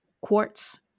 quartz